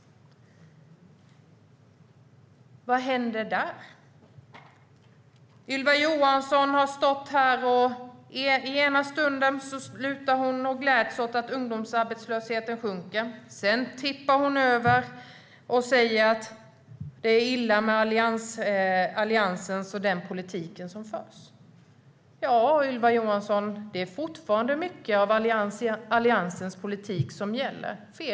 Vad händer där? I ena stunden slutar Ylva Johansson med att säga att hon gläds åt att ungdomsarbetslösheten sjunker. Sedan tippar hon över och säger att det är illa med Alliansens politik. Ja, Ylva Johansson, mycket av Alliansens politik gäller fortfarande.